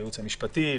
לייעוץ המשפטי,